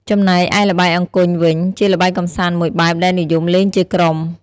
ចំណែកឯល្បែងអង្គញ់វិញ ជាល្បែងកម្សាន្តមួយបែបដែលនិយមលេងជាក្រុម។